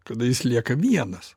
kada jis lieka vienas